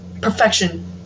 Perfection